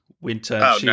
Winter